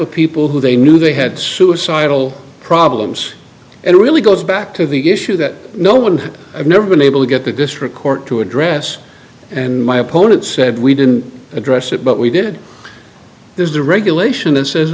of people who they knew they had suicidal problems it really goes back to the issue that no one i've never been able to get the district court to address and my opponent said we didn't address it but we did there's a regulation and says